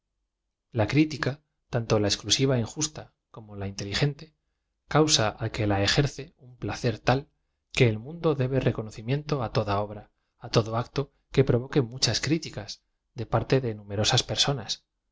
a critica tanto la exclusiva é injusta como la in teligente cauaa al que la e rc e un placer tal que el mundo debe reconocimiento á toda obra á todo acto que provoquen muchas criticas de parte de numeroaas personas